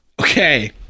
Okay